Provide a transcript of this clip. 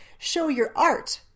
ShowYourArt